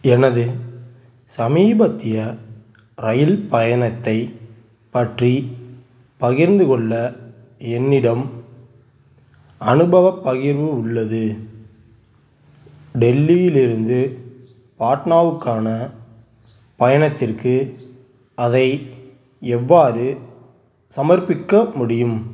எனது சமீபத்திய இரயில் பயணத்தைப் பற்றி பகிர்ந்து கொள்ள என்னிடம் அனுபவப் பகிர்வு உள்ளது டெல்லியிலிருந்து பாட்னாவுக்கான பயணத்திற்கு அதை எவ்வாறு சமர்ப்பிக்க முடியும்